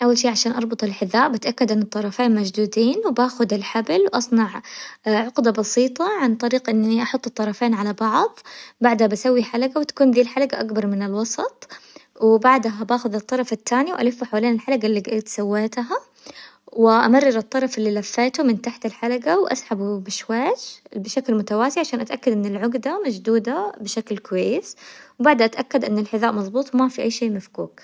أول شي عشان أربط الحذاء بتأكد ان الطرفين مشدودين، وباخد الحبل واصنع عقدة بسيطة عن طريق اني احط الطرفين على بعظ، بعدها بسوي حلقة وتكون دي الحلقة اكبر من الوسط، وبعدها باخذ الطرف التاني والفه حوالين الحلقة اللي سويتها، أمرر الطرف اللي لفيته من تحت الحلقة واسحبه بشويش بشكل متوازي عشان أتأكد ان العقدة مشدودة بشكل كويس، وبعدها اتأكد ان الحذاء مزبوط وما في أي شي مفكوك.